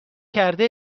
کرده